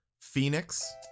Phoenix